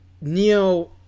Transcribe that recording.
Neo